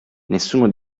nessuno